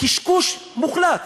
קשקוש מוחלט.